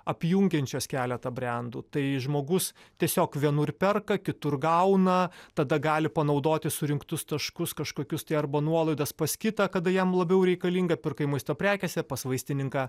apjungiančios keletą brendų tai žmogus tiesiog vienur perka kitur gauna tada gali panaudoti surinktus taškus kažkokius tai arba nuolaidas pas kitą kada jam labiau reikalinga pirkai maisto prekėse pas vaistininką